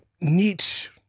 Nietzsche